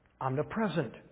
omnipresent